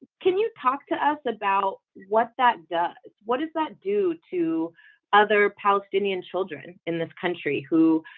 can you talk to us about what that does what does that do to other palestinian children in this country who